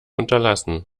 unterlassen